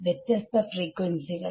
വ്യത്യസ്ത ഫ്രീക്വൻസികൾ